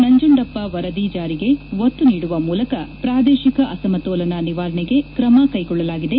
ನಂಜುಂಡಪ್ಪ ವರದಿ ಜಾರಿಗೆ ಒತ್ತು ನೀಡುವ ಮೂಲಕ ಪೂರೇತಿಕ ಅಸಮತೋಲನ ನಿವಾರಣೆಗೆ ತ್ರಮಕ್ಕೆಗೊಳ್ಳಲಾಗಿದೆ